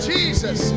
Jesus